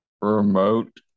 remote